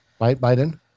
Biden